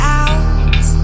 out